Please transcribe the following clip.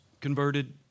converted